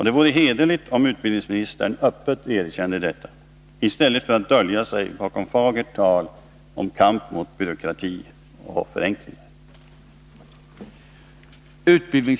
Det vore hederligt om utbildningsministern öppet erkände detta i stället för att dölja sig bakom fagert tal om kamp mot byråkrati och om förenkling.